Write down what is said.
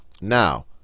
Now